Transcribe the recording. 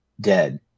dead